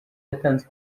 yatanze